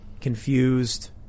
confused –